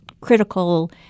critical